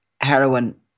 heroin